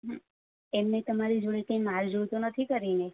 એમને તમારી જોડે કંઈ મારઝૂડ તો નથી કરી ને